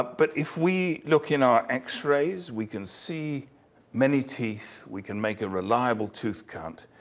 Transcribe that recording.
but if we look in our x-rays we can see many teeth. we can make a reliable tooth count.